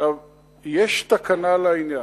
יש תקנה לעניין.